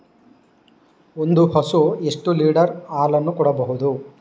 ಒಂದು ಹಸು ಎಷ್ಟು ಲೀಟರ್ ಹಾಲನ್ನು ಕೊಡಬಹುದು?